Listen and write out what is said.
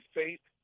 faith